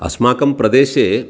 अस्माकं प्रदेशे